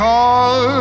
call